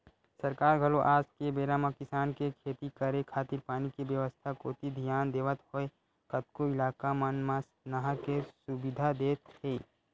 सरकार घलो आज के बेरा म किसान के खेती करे खातिर पानी के बेवस्था कोती धियान देवत होय कतको इलाका मन म नहर के सुबिधा देत हे